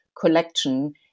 collection